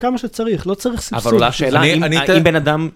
כמה שצריך, לא צריך סיבסוד, אבל עולה שאלה. אם בן אדם...